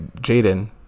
jaden